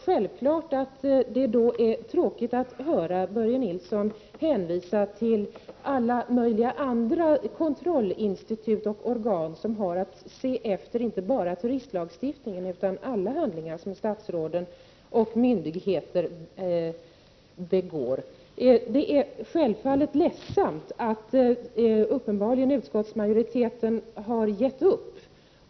Självfallet är det tråkigt att höra Börje Nilsson hänvisa till alla möjliga andra kontrollinstitut och organ som har att se efter inte bara terroristlagstiftningens tillämpning utan alla handlingar som statsråden och myndigheter begår. Självfallet är det ledsamt att. utskottsmajoriteten uppenbarligen har gett upp.